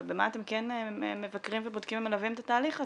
אבל במה אתם כן מבקרים ובודקים ומלווים את התהליך הזה.